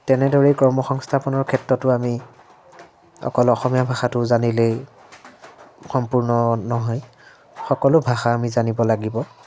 তেনেদৰেই কৰ্ম সংস্থাপনৰ ক্ষেত্ৰতো আমি অকল অসমীয়া ভাষাটো জানিলেই সম্পূৰ্ণ নহয় সকলো ভাষা আমি জানিব লাগিব